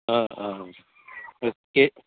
बे